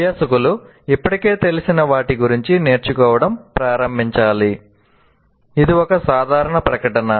అభ్యాసకులు ఇప్పటికే తెలిసిన వాటి నుండి నేర్చుకోవడం ప్రారంభించాలి ఇది ఒక సాధారణ ప్రకటన